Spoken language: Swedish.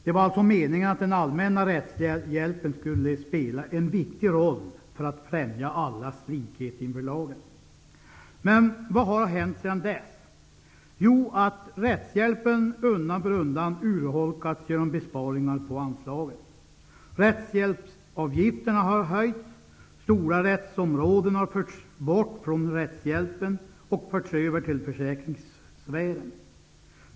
Det var alltså meningen att den allmänna rättshjälpen skulle spela en viktig roll för att främja allas likhet inför lagen. Vad har hänt sedan dess? Rättshjälpen har undan för undan urholkats genom besparingar på anslaget. Rättshjälpsavgifterna har höjts och stora rättsområden har förts bort från rättshjälpen och förts över till försäkringssfären.